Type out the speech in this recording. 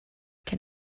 can